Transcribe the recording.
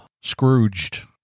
Scrooged